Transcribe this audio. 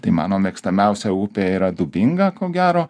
tai mano mėgstamiausia upė yra dubinga ko gero